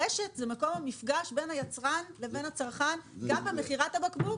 הרשת היא מקום המפגש בין היצרן לבין הצרכן גם במכירת הבקבוק,